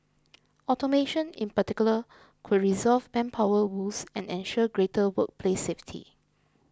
automation in particular could resolve manpower woes and ensure greater workplace safety